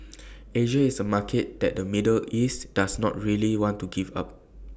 Asia is A market that the middle east does not really want to give up